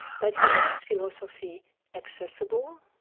but he makes philosophy accessible,